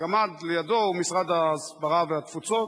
והגמד לידו הוא משרד ההסברה והתפוצות.